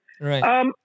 right